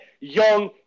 young